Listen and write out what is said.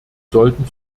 sollten